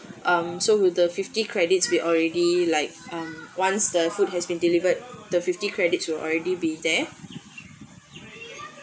um so will the fifty credits we already like mm once the food has been delivered the fifty credits will already be there